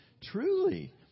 truly